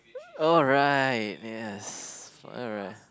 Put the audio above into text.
alright yes alright